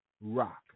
rock